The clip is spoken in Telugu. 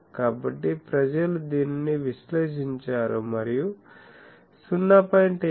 కాబట్టి ప్రజలు దీనిని విశ్లేషించారు మరియు 0